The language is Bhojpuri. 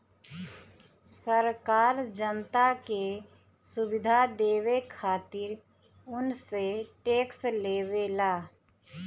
सरकार जनता के सुविधा देवे खातिर उनसे टेक्स लेवेला